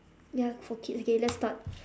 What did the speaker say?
ya for kids K let's start